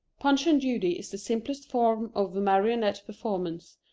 punch and judy is the simplest form of marionette performance,